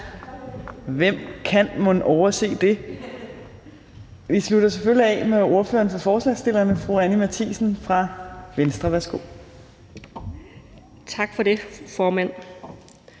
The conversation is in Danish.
Hvem kan mon overse det? Vi slutter selvfølgelig af med ordføreren for forslagsstillerne, fru Anni Matthiesen fra Venstre. Værsgo. Kl. 16:06 (Ordfører